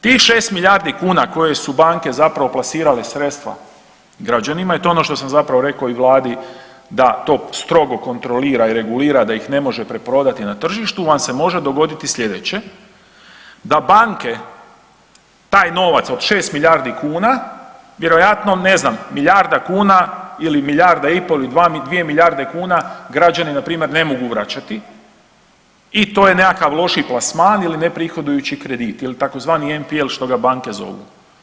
Tih 6 milijardi kuna koje su banke zapravo plasirale sredstva građanima, i to je ono što sam zapravo rekao i Vladi da to strogo kontrolira i regulira da ih ne može preprodati na tržištu, vam se može dogoditi sljedeće, da banke taj novac, od 6 milijardi kuna, vjerojatno, ne znam, milijarda kuna ili milijarda i po ili dvije milijarde kuna građani na primjer ne mogu vraćati i to je nekakav loši plasman ili nekakav neprihodujući kredit, ili tzv. NPL što ga banke zovu.